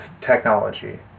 technology